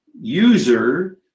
user